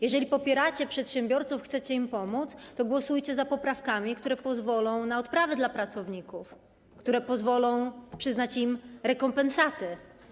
Jeżeli popieracie przedsiębiorców i chcecie im pomóc, to głosujcie za poprawkami, które pozwolą na odprawy dla pracowników, które pozwolą przyznać im rekompensaty.